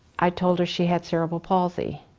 i told her she had cerebral palsy.